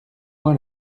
moi